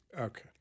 Okay